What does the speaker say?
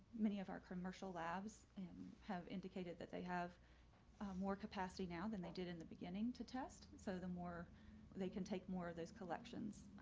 many of our commercial labs have indicated that they have more capacity now than they did in the beginning to test so the more they can take more of those collections.